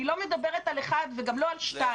אני לא מדברת על אחד וגם לא על שניים.